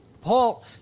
Paul